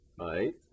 right